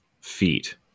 feet